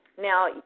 Now